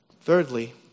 Thirdly